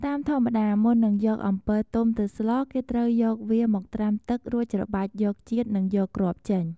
តាមធម្មតា មុននឹងយកអំពិលទុំទៅស្លគេត្រូវយកវាមកត្រាំទឹករួចច្របាច់យកជាតិនិងយកគ្រាប់ចេញ